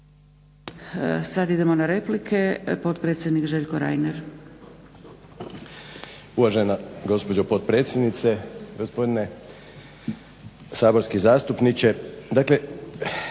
Sad idemo na replike. Potpredsjednik Željko Reiner. **Reiner, Željko (HDZ)** Uvažena gospođo potpredsjednice, gospodine saborski zastupniče.